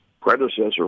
predecessor